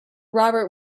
robert